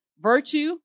virtue